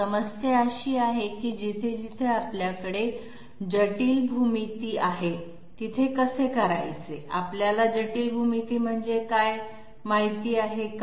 समस्या अशी आहे की जिथे जिथे आपल्याकडे जटिल भूमिती आहे तिथे कसे करायचे आपल्याला जटिल भूमिती म्हणजे काय माहिती आहे का